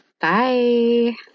Bye